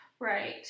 Right